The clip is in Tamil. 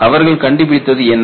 அவர்கள் கண்டுபிடித்தது என்ன